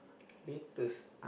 latest